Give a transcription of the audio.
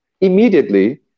immediately